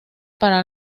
para